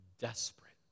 desperate